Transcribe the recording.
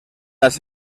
las